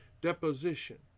deposition